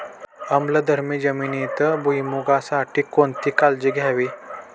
आम्लधर्मी जमिनीत भुईमूगासाठी कोणती काळजी घ्यावी?